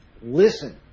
listen